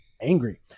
angry